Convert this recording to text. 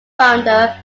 founder